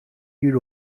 گیر